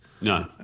No